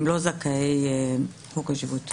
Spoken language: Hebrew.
הם לא זכאי חוק השבות.